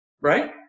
Right